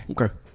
Okay